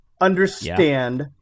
understand